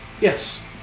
Yes